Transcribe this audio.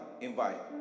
invite